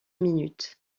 minute